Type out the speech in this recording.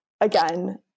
again